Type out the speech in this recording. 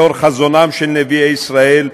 לאור חזונם של נביאי ישראל,